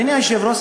אדוני היושב-ראש,